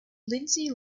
lindsay